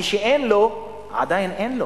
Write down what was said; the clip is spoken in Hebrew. מי שאין לו, עדיין אין לו,